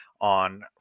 on